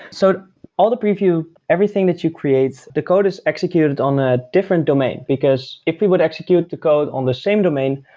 so all the preview, everything that you create, the code is executed on a different domain, because if we would execute the code on the same domain,